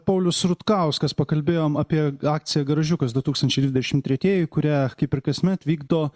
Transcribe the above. paulius rutkauskas pakalbėjom apie akciją garažiukas du tūkstančiai dvidešim tretieji kurią kaip ir kasmet vykdo